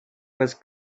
was